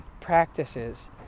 practices